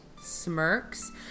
smirks